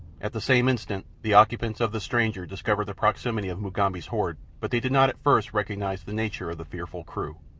at the same instant the occupants of the stranger discovered the proximity of mugambi's horde, but they did not at first recognize the nature of the fearful crew.